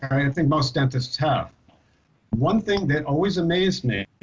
i mean i think most dentists have one thing that always amazed me